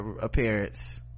appearance